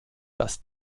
dass